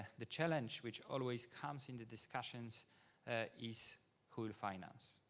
ah the challenge which always comes in the discussions ah is who to finance.